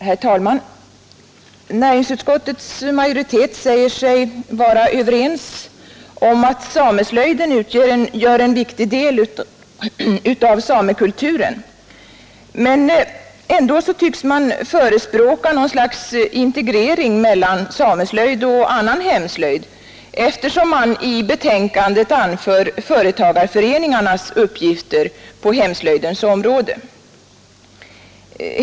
Herr talman! Näringsutskottets majoritet är överens om att sameslöjden utgör en viktig del av samekulturen. Men ändå tycks man förespråka något slags integrering mellan sameslöjd och annan hemslöjd, eftersom man i betänkandet anför företagareföreningarnas uppgifter på hemslöjdens område.